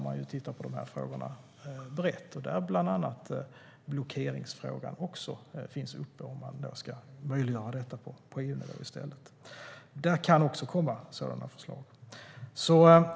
Man tittar på de här frågorna brett, och blockeringsfrågan finns också med. Där kan också sådana förslag komma.